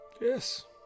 Yes